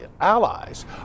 allies